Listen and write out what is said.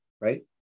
right